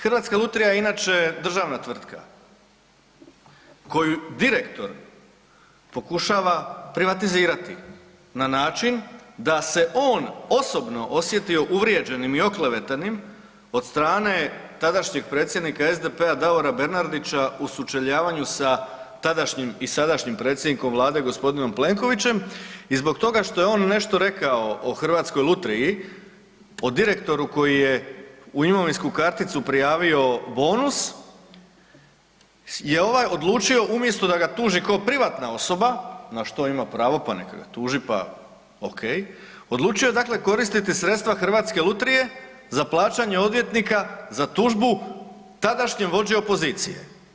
Hrvatska lutrija je inače državna tvrtka koju direktor pokušava privatizirati na način da se on osobno osjetio uvrijeđenim i oklevetanim od strane tadašnjeg predsjednika SDP-a Davora Bernardića u sučeljavanju sa tadašnjim i sadašnjim predsjednikom Vlade gospodinom Plenkovićem i zbog toga što je on nešto rekao o Hrvatskoj lutriji o direktoru koji je u imovinsku karticu prijavio bonus je ovaj odlučio umjesto da ga tuži kao privatna osoba, na što ima pravo pa neka ga tuži pa ok, odlučio koristiti sredstva Hrvatske lutrije za plaćanje odvjetnika za tužbu tadašnjem vođi opozicije.